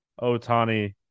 Otani